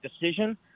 decision